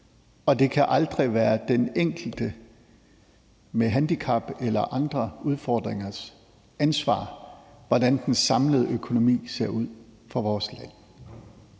og det kan aldrig være den enkelte med handicap eller andre udfordringers ansvar, hvordan den samlede økonomi ser ud for vores land.